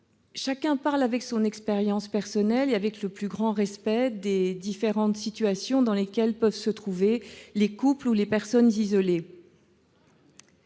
Chacun parle avec son expérience personnelle et avec le plus grand respect pour les différentes situations dans lesquelles peuvent se trouver les couples ou les personnes isolées.